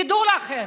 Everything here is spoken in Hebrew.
תדעו לכם.